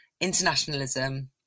internationalism